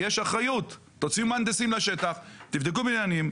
תוציאו מהנדסים לשטח, תבדקו בניינים.